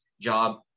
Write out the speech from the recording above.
job